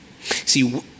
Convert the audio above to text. See